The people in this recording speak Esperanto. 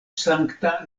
sankta